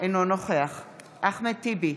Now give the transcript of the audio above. אינו נוכח אחמד טיבי,